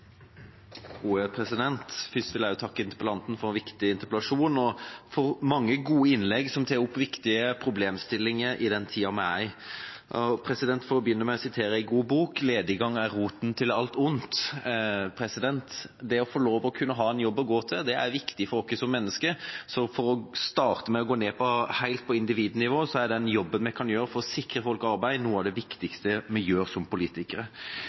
vil også jeg takke interpellanten for en viktig interpellasjon og mange gode innlegg som tar opp viktige problemstillinger i den tida vi er inne i. Jeg vil begynne med å sitere en god bok: «Lediggang er roten til alt ondt.» Det å kunne ha en jobb å gå til er viktig for oss mennesker, så for å starte med å gå helt ned på individnivå vil jeg si at den jobben vi kan gjøre for å sikre folk arbeid, er noe av det viktigste vi gjør som politikere.